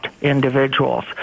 individuals